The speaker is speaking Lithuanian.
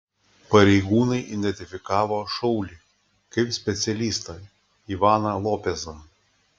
pareigūnai identifikavo šaulį kaip specialistą ivaną lopezą